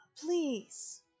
please